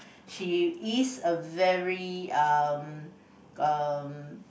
she is a very um um